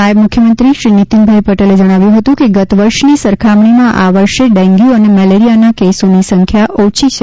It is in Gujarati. નાયબ મુખ્યમંત્રી શ્રી નીતિનભાઇ પટેલે જણાવ્યું હતું કે ગત વર્ષની સરખામણીમાં આ વર્ષે ડેન્ગ્ય અને મેલેરિયાના કેસોની સંખ્યા ઓછી છે